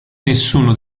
nessuno